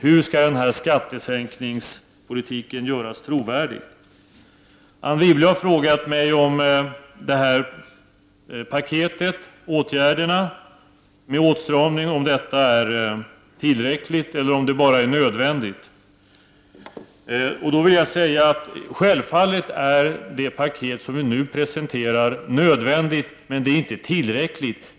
Hur skall denna skattesänkningspolitik kunna göras trovärdig? Anne Wibble har frågat mig om paketet med åtstramningsåtgärder är tillräckligt eller bara nödvändigt. Låt mig säga att det paket som vi nu presenterar självfallet är nödvändigt men att det inte är tillräckligt.